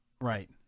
Right